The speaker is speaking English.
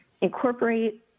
incorporate